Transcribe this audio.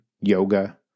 yoga